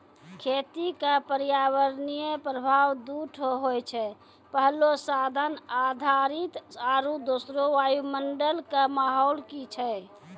खेती क पर्यावरणीय प्रभाव दू ठो होय छै, पहलो साधन आधारित आरु दोसरो वायुमंडल कॅ माहौल की छै